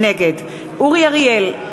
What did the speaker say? נגד אורי אריאל,